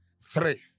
three